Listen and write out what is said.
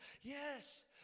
yes